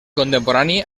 contemporani